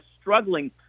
struggling